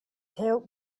help